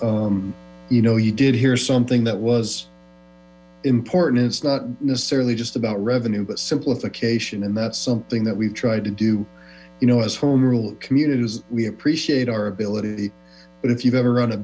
and you know you did hear something that was important it's not necessarily just about revenue but simplification and that's something that we've tried to do you know as home rule communities we appreciate our ability but if you've ever run a